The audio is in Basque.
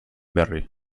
berri